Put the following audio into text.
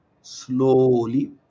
slowly